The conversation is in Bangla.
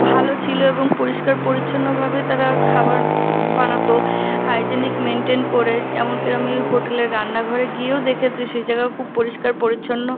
ভালো ছিলো এবং পরিষ্কার পরিচ্ছন্নভাবেই তারা খাবার বানাতো হাইজেনিক মেনটেন করে এমন কি আমি হোটেলের রান্নাঘরে গিয়েও দেখেছে সে জায়গাও খুব পরিষ্কার পরিচ্ছন্ন